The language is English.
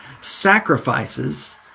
sacrifices